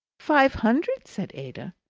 five hundred, said ada.